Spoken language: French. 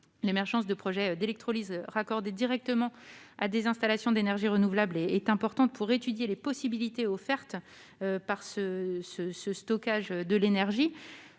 L'émergence de projets d'électrolyse raccordés directement à des installations d'énergie renouvelable est importante pour étudier les possibilités offertes par ce stockage de l'énergie.